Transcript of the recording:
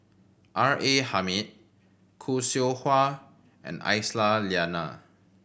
R A Hamid Khoo Seow Hwa and Aisyah Lyana